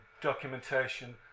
documentation